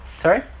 sorry